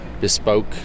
bespoke